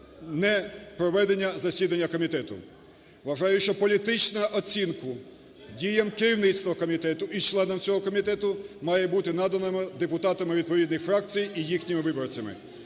непроведення засідання комітету. Вважаю, що політичну оцінку діям керівництва комітету і членам цього комітету має бути надана депутатами відповідних фракцій і їхніми виборцями.